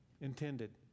intended